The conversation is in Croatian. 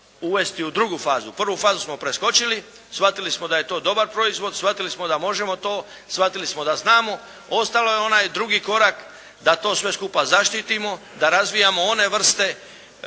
uvesti u drugu fazu. Prvu fazu smo preskočili, shvatili smo da je to dobar proizvod, shvatili smo da možemo to, shvatili smo da znamo. Ostao je onaj drugi korak da to sve skuša zaštitimo, da razvijamo one vrste i vinove